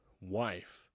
wife